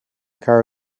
car